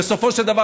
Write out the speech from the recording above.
בסופו של דבר,